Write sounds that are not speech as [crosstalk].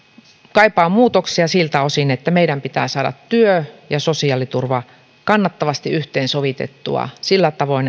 kaipaa muutoksia siltä osin että meidän pitää saada työ ja sosiaaliturva kannattavasti yhteensovitettua sillä tavoin [unintelligible]